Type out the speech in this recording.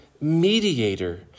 mediator